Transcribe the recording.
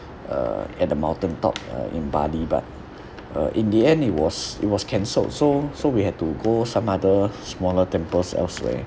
uh at the mountain top uh in bali but uh in the end it was it was cancelled so so we had to go some other smaller temples elsewhere